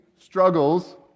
struggles